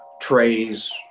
trays